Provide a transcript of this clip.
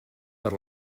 per